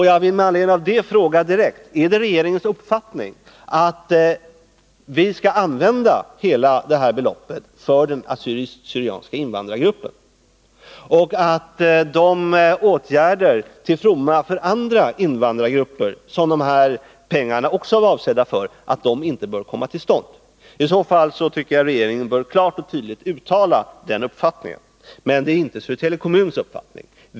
Jag vill med anledning av det fråga direkt: Är det regeringens uppfattning att vi skall använda hela beloppet för den assyriska/syrianska invandrargruppen och att de åtgärder, till fromma för andra invandrargrupper, som dessa pengar också var avsedda för inte bör komma till stånd? I så fall tycker jag att regeringen klart och tydligt bör uttala den uppfattningen. Det är inte Södertälje kommuns uppfattning.